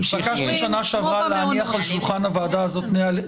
התבקשתם בשנה שעברה להניח על שולחן הוועדה הזאת נהלים.